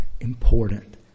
important